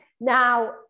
Now